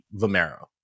Vomero